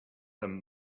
them